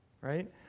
Right